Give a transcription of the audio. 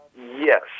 yes